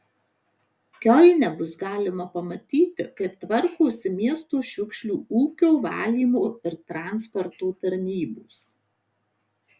kiolne bus galima pamatyti kaip tvarkosi miesto šiukšlių ūkio valymo ir transporto tarnybos